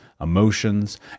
emotions